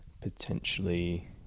potentially